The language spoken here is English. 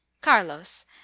Carlos